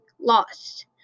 Lost